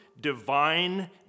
divine